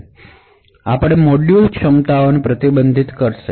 પ્રથમ આપણે કઈ રીતે મોડ્યુલ ક્ષમતાઓ પ્રતિબંધિત કરશું